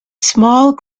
small